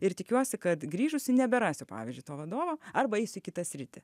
ir tikiuosi kad grįžusi neberasiu pavyzdžiui to vadovo arba eisiu į kitą sritį